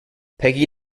peggy